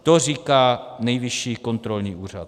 To říká Nejvyšší kontrolní úřad.